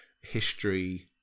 history